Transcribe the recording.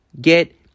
get